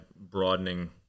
broadening